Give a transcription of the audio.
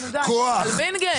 על ווינגיט.